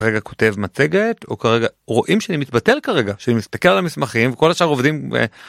רגע כותב מצגת או כרגע רואים שאני מתבטל כרגע, שאני מסתכל על המסמכים וכל השאר עובדים.